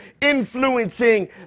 influencing